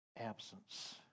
absence